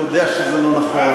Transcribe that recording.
אתה יודע שזה לא נכון,